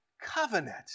covenant